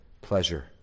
pleasure